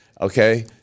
okay